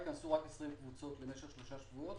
יכנסו רק 20 קבוצות למשך שלושה שבועות